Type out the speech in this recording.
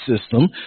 system